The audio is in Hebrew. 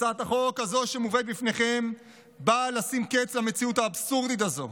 הצעת החוק הזאת שמובאת בפניכם באה לשים קץ למציאות האבסורדית הזו.